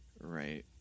right